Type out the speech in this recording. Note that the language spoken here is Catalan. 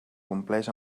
compleix